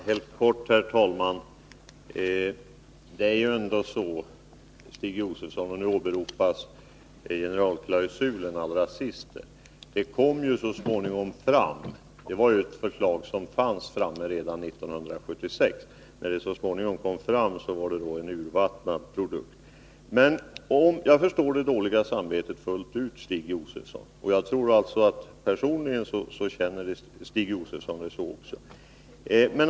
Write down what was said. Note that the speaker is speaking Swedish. Herr talman! Jag skall fatta mig helt kort. Stig Josefson åberopade nu till sist generalklausulen. Förslaget till en sådan fanns redan 1976, men när det så småningom kom fram var det en urvattnad produkt. Jag förstår fullt ut det dåliga samvetet, Stig Josefson. Jag tror att Stig Josefson känner det också personligen.